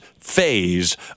phase